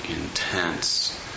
intense